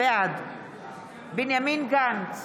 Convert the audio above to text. בעד בנימין גנץ,